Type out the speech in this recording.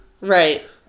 right